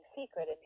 secret